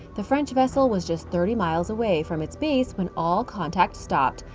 the french vessel was just thirty miles away from its base when all contact stopped.